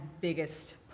biggest